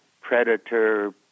predator